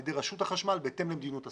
ידי רשות החשמל בהתאם למדיניות השר.